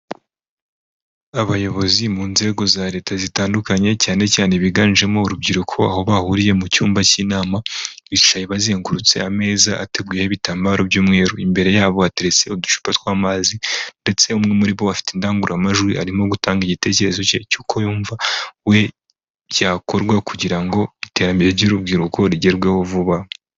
Abayobozi mu nzego za Leta zitandukanye, cyane cyane biganjemo urubyiruko; aho bahuriye mu cyumba cy'inama, bicaye bazengurutse ameza ateguyeho ibitambaro by'umweru; imbere yabo hateretse uducupa tw'amazi; ndetse umwe muri bo afite indangururamajwi arimo gutanga igitekerezo cy'uko yumva we byakorwa, kugira ngo iterambere ry'urubyiruko rigerweho vuba.